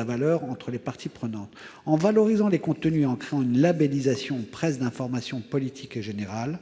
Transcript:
valeur entre les parties prenantes. Il convient ensuite de valoriser les contenus en créant une labellisation « Presse d'information politique et générale